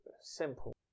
simple